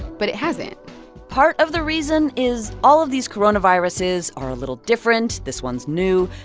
but it hasn't part of the reason is all of these coronaviruses are a little different. this one's new.